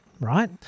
right